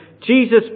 Jesus